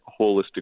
holistic